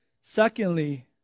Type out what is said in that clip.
Secondly